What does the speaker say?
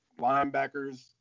linebackers